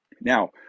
Now